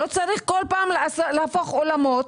לא צריך כל פעם להפוך עולמות.